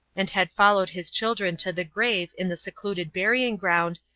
and had followed his children to the grave in the secluded burying-ground,